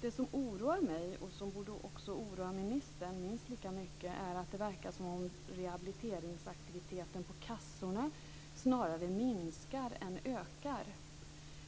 Det som oroar mig, och som borde oroa ministern minst lika mycket, är att det verkar som om rehabiliteringsaktiviteten på kassorna snarare minskar än ökar.